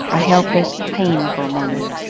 a helpless, painful moment,